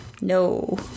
No